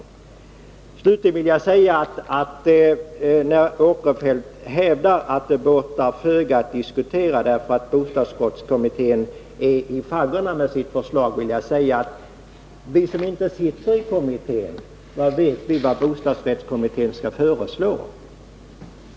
Jag vill slutligen med anledning av att Sven Eric Åkerfeldt hävdar att det båtar föga att diskutera, eftersom bostadsrättskommitténs förslag är i faggorna, säga att vi som inte sitter i kommittén inte vet något om vad den kommer att föreslå.